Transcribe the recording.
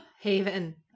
Haven